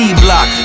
D-block